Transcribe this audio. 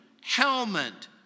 helmet